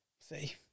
see